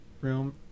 room